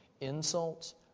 insults